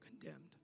Condemned